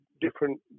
different